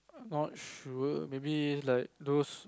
not sure maybe like those